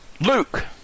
Luke